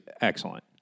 excellent